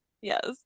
Yes